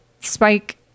Spike